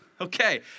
Okay